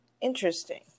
Interesting